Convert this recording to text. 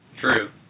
True